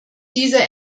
dieser